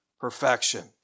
perfection